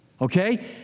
okay